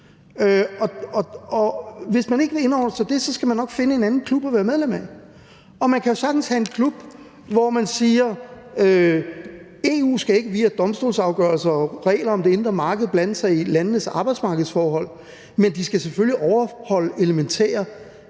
hvis man ikke vil indordne sig under det, skal man nok finde en anden klub at være medlem af. Man kan sagtens have en klub, hvor man siger: EU skal ikke via domstolsafgørelser og regler om det indre marked blande sig i landenes arbejdsmarkedsforhold, men de skal selvfølgelig overholde elementære